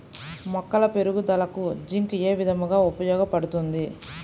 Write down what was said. మొక్కల పెరుగుదలకు జింక్ ఏ విధముగా ఉపయోగపడుతుంది?